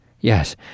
Yes